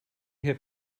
have